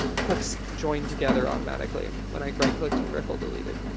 clips joined together automatically when i right clicked and ripple deleted.